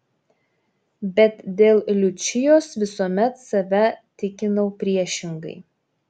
bet dėl liučijos visuomet save tikinau priešingai